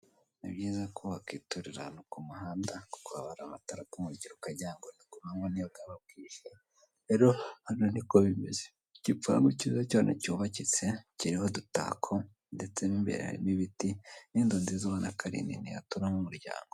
Ni byiza ko wakwiturira ahantu ku muhanda kuko haba hari amatara akumurikira ukagira ngo ni ku manywa n'iyo bwaba bwije, rero hano niko bimeze, igipangu kiza cyane cyubakitse kiriho udutako ndetse mo imbere hakaba harimo ibiti n'inzu nziza ubona ko ari nini yaturamo umuryango.